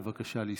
בבקשה, לספור.